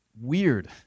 weird